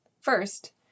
First